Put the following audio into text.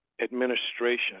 administration